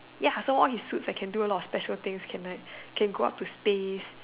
ya so all his suits that can do a lot of special things can like can go up to space